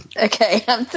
Okay